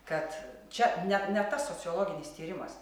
kad čia ne ne tas sociologinis tyrimas